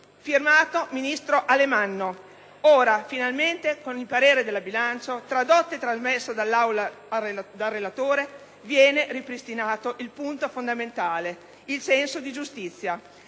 Firmato: ministro Alemanno. Ora finalmente, con il parere della Commissione bilancio, tradotto e trasmesso all'Aula dal relatore, viene ripristinato il punto fondamentale, il senso di giustizia;